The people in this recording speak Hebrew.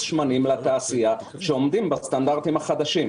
שמנים לתעשייה שעומדים בסטנדרטים החדשים.